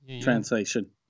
translation